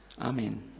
Amen